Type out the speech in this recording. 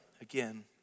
again